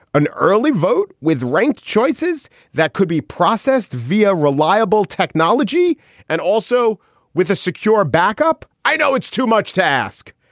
an early vote with ranked choices that could be processed via reliable technology and also with a secure backup. i know it's too much to ask.